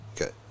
Okay